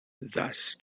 thus